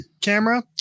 camera